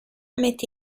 mette